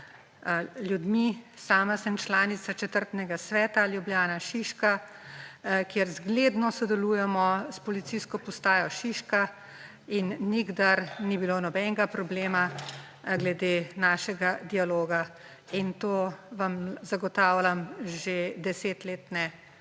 ljudmi. Sama sem članica četrtnega sveta Ljubljana Šiška, kjer zgledno sodelujemo s Policijsko postajo Šiška, in nikdar ni bilo nobenega problema glede našega dialoga, in to vam zagotavljam, že 10 let